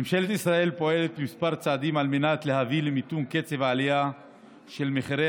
ממשלת ישראל פועלת בכמה צעדים על מנת להביא למיתון קצב העלייה של מחירי